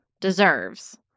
deserves